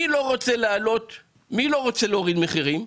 מי לא רוצה להוריד מחירים?